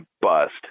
bust